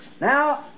Now